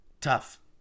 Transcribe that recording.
tough